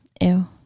Ew